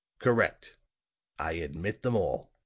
correct i admit them all.